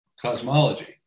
cosmology